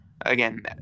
Again